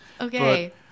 Okay